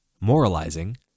Moralizing